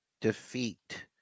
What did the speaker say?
defeat